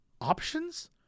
options